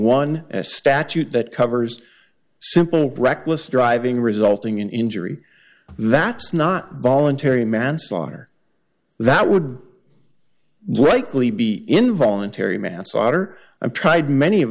a statute that covers simple brecht list driving resulting in injury that's not voluntary manslaughter that would likely be involuntary manslaughter i've tried many of